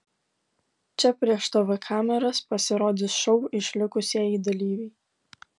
čia prieš tv kameras pasirodys šou išlikusieji dalyviai